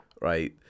right